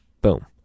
Boom